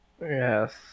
Yes